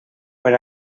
per